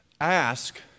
ask